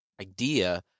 idea